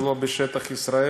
ולא בשטח ישראל.